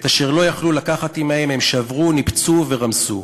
את אשר לא יכלו לקחת עמהם הם שברו, ניפצו ורמסו.